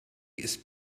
ist